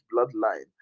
bloodline